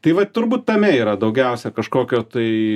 tai va turbūt tame yra daugiausia kažkokio tai